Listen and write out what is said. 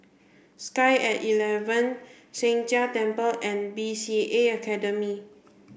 sky at eleven Sheng Jia Temple and B C A Academy